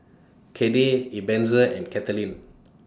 Cade Ebenezer and Katelin